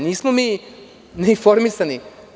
Nismo mi ne informisani.